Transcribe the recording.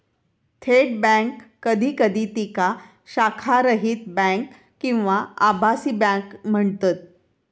थेट बँक कधी कधी तिका शाखारहित बँक किंवा आभासी बँक म्हणतत